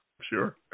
Sure